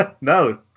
No